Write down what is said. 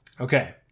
Okay